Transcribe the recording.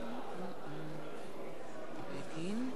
ובכן,